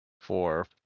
Four